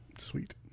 sweet